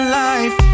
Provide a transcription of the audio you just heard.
life